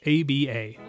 ABA